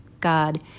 God